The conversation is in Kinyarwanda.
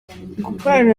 gukorana